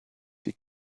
die